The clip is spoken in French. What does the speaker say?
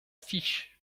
fiche